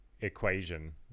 equation